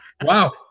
Wow